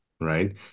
right